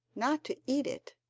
not to eat it,